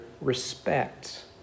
respect